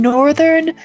Northern